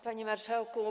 Panie Marszałku!